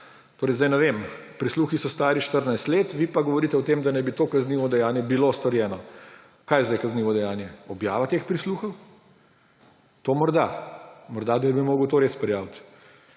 Torej, sedaj ne vem, prisluhi so stari 14 let, vi pa govorite o tem, da naj bi to kaznivo dejanje bilo storjeno. Kaj je zdaj kaznivo dejanje? Objava teh prisluhov? To morda. Morda bi moral to res prijaviti.